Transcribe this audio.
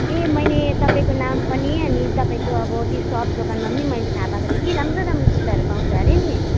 ए मैले तपाईँको नाम पनि अनि तपाईँको अब त्यो सप दोकानमा पनि मैले थाह पाएको थिएँ कि राम्रो राम्रो जुत्ताहरू पाउँछ अरे नि